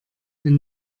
wenn